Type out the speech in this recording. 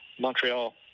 montreal